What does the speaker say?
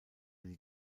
die